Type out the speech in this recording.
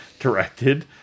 Directed